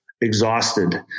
exhausted